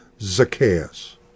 Zacchaeus